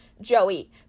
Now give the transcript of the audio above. Joey